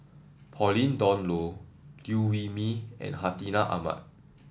Pauline Dawn Loh Liew Wee Mee and Hartinah Ahmad